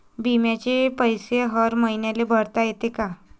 बिम्याचे पैसे हर मईन्याले भरता येते का?